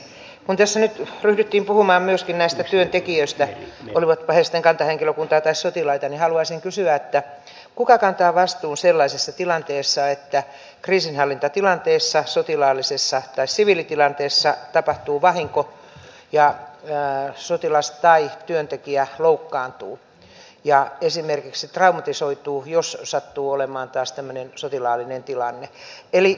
kun tässä nyt ryhdyttiin puhumaan myöskin näistä työntekijöistä olivatpa he sitten kantahenkilökuntaa tai sotilaita niin haluaisin kysyä kuka kantaa vastuun sellaisessa tilanteessa että kriisinhallintatilanteessa sotilaallisessa tai siviilitilanteessa tapahtuu vahinko ja sotilas tai työntekijä loukkaantuu ja esimerkiksi traumatisoituu jos sattuu olemaan taas tämmöinen sotilaallinen tilanne eli syntyy veteraaneja